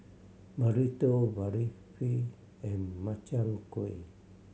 Burrito Barfi and Makchang Gui